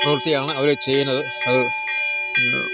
പ്രവർത്തിയാണ് അവർ ചെയ്യുന്നത് അത്